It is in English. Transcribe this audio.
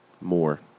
more